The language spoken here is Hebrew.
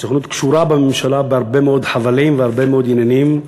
הסוכנות קשורה בממשלה בהרבה מאוד חבלים והרבה מאוד עניינים,